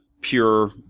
pure